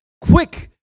Quick